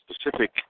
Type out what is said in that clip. specific